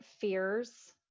fears